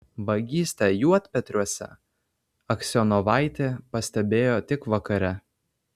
vagystę juodpetriuose aksionovaitė pastebėjo tik vakare